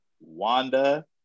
Wanda